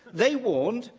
they warned,